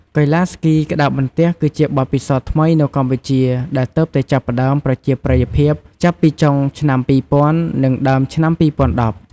កីឡាស្គីក្ដារបន្ទះ គឺជាបទពិសោធន៍ថ្មីនៅកម្ពុជា ដែលទើបតែចាប់ផ្ដើមប្រជាប្រិយភាពចាប់ពីចុងឆ្នាំ ២០០០ និងដើមឆ្នាំ ២០១០។